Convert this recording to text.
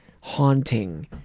haunting